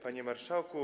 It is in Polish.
Panie Marszałku!